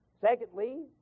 secondly